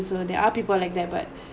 so there are people like that but